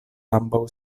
ambaŭ